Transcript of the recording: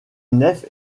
nef